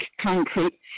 concrete